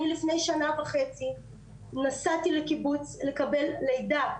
אני לפני שנה וחצי נסעתי לקיבוץ לקבל לידה,